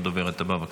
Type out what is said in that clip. הדוברת הבאה,